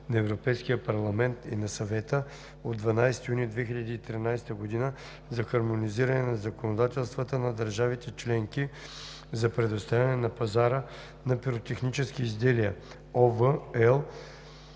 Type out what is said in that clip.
на Европейския парламент и на Съвета от 12 юни 2013 г. за хармонизиране на законодателствата на държавите членки за предоставяне на пазара на пиротехнически изделия